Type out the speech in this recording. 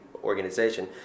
organization